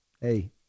hey